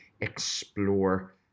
explore